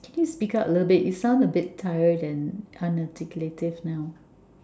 can you speak up a little bit you sound a bit tired and unarticulative now